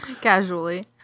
Casually